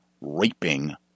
raping